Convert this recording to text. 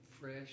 fresh